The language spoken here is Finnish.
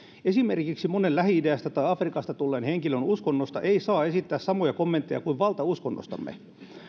esimerkiksi monen lähi idästä tai afrikasta tulleen henkilön uskonnosta ei saa esittää samoja kommentteja kuin valtauskonnostamme